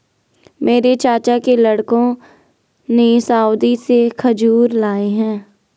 मेरे चाचा के लड़कों ने सऊदी से खजूर लाए हैं